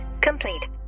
complete